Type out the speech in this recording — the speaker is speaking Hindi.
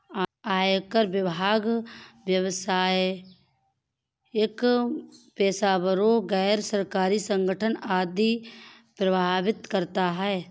आयकर विभाग व्यावसायिक पेशेवरों, गैर सरकारी संगठन आदि को प्रभावित करता है